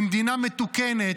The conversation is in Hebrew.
במדינה מתוקנת,